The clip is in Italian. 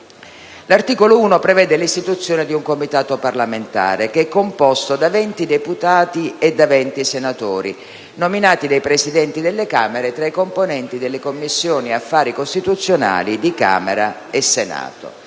L'articolo 1 prevede l'istituzione di un Comitato parlamentare, che è composto da venti deputati e da venti senatori, nominati dai Presidenti delle Camere tra i componenti delle Commissioni affari costituzionali di Camera e Senato.